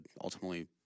ultimately